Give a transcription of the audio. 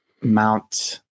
Mount